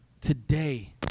Today